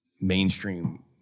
mainstream